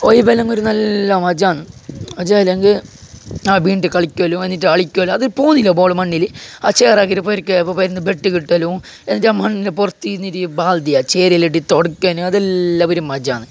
ഇതെല്ലാം ഒരു നല്ല മജ്ജ ആണ് മജ്ജ ഇല്ലെങ്കിൽ ആ വീണ്ടും കളിക്കലും എന്നിട്ട് അളിക്കലും അത് പോകുന്നുണ്ടാവില്ല ബോള് മണ്ണില് ആ ചേറാക്കിട്ട് ബെട്ട് കിട്ടലും എന്നിട്ടാ മണ്ണിൻ്റെ പുറത്ത് ഇരുന്നിട്ട് ബാ ചെയ്യാം ചേറ് അതെല്ലാം തുടയ്ക്കാന് അതെല്ലാവരും മജ്ജ ആണ്